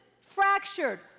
fractured